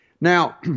Now